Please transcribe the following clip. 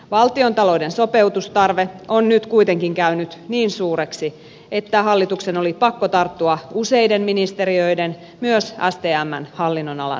valtiontalouden sopeutustarve on nyt kuitenkin käynyt niin suureksi että hallituksen oli pakko tarttua useiden ministeriöiden myös stmn hallinnonalan menoihin